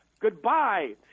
goodbye